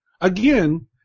again